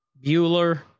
Bueller